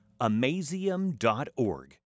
amazium.org